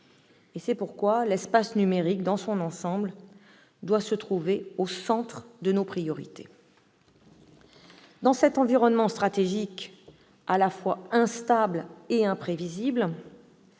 C'est pourquoi l'espace numérique, dans son ensemble, doit se trouver au centre de nos priorités. Dans cet environnement stratégique à la fois instable et imprévisible,